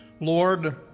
Lord